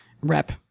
rep